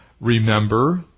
Remember